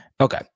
Okay